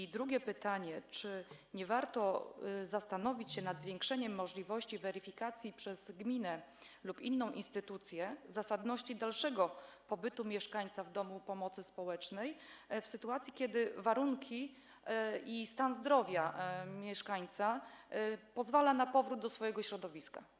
I drugie pytanie: Czy nie warto zastanowić się nad zwiększeniem możliwości weryfikacji przez gminę lub inną instytucję zasadności dalszego pobytu mieszkańca w domu pomocy społecznej w sytuacji, kiedy warunki i stan zdrowia mieszkańca pozwalają na powrót do swojego środowiska?